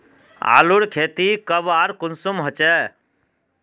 आलूर खेती कब आर कुंसम होचे?